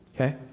Okay